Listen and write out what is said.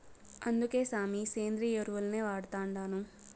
అందుకే సామీ, సేంద్రియ ఎరువుల్నే వాడతండాను